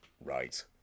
right